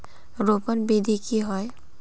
रोपण विधि की होय?